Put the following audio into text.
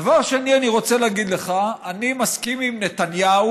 דבר שני, אני רוצה להגיד לך, אני מסכים עם נתניהו.